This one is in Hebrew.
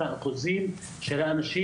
מבחינת האחוזים זה שחלק גדול מהאנשים,